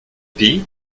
pays